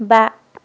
बा